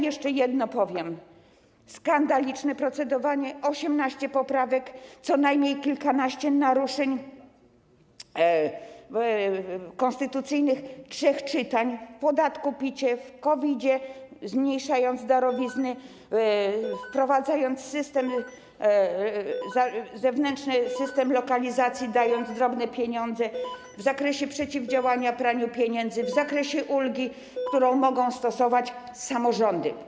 Jeszcze jedno powiem: skandaliczne procedowanie, 18 poprawek, co najmniej kilkanaście naruszeń konstytucyjnych trzech czytań, w podatku PIT, w COVID-zie, zmniejszając darowizny, wprowadzając zewnętrzny system lokalizacji, dając drobne pieniądze w zakresie przeciwdziałania praniu pieniędzy, w zakresie ulgi, którą mogą stosować samorządy.